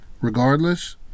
regardless